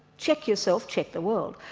check yourself, check the world.